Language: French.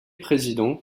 président